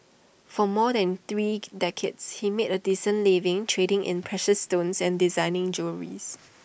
for more than three decades he made A decent living trading in precious stones and designing jewelries